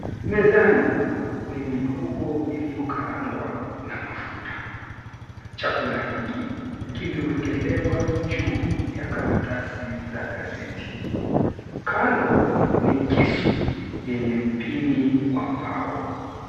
Mezani ni mihogo iliyo karangwa na mafuta. Chakula hiki kimewekelewa juu ya karatasi za gazeti. Kando ni kisu yenye mpini wa mbao.